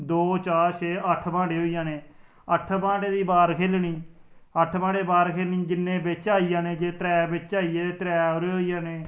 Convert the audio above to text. दौं चार छै अठ बांटे होई जाने अठ बांटे दी बार खेलनी अट्ठ बांह्टें दी बार खेलनी जिन्ने बिच आई जाने जेकर त्रै बिच आई जान ते त्रै ओहदे होई जाने